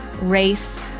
race